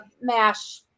MASH